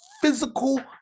physical